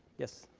yes.